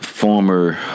Former